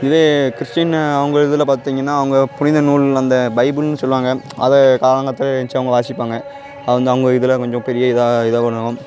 இதே கிறிஸ்டின்னு அவங்க இதில் பார்த்திங்கன்னா அவங்க புனித நூல் அந்த பைபிள்ன்னு சொல்வாங்க அதை காலங்காத்தாலே எந்திருச்சு அவங்க வாசிப்பாங்க அவங்க அந்த இதில் கொஞ்சம் பெரிய இதாக இதை பண்ணுவாங்க